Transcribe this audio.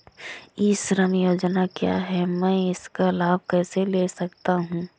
ई श्रम योजना क्या है मैं इसका लाभ कैसे ले सकता हूँ?